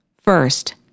First